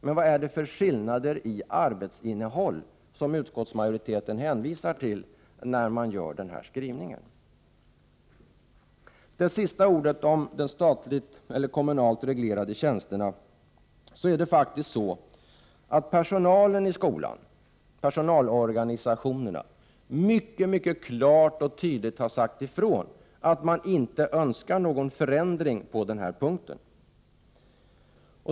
Vilka skillnader i arbetsinnehåll är det som utskottsmajoriteten hänvisar till när man gör denna skrivning? Det sista jag vill säga om de statligt eller kommunalt reglerade tjänsterna är att personalorganisationerna i skolan mycket klart och tydligt har sagt ifrån att de inte önskar någon förändring på denna punkt.